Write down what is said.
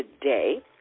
today